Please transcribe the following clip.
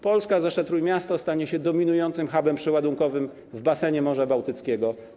Polska, zwłaszcza Trójmiasto, stanie się dominującym hubem przeładunkowym w basenie Morza Bałtyckiego.